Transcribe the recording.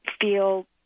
feel